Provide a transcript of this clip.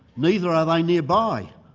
neither are they nearby,